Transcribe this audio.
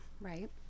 right